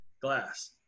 glass